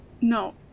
No